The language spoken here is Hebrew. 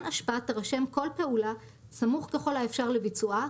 אשפה תירשם כל פעולה סמוך ככל האפשר לבצועה,